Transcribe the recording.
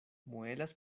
muelas